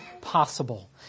possible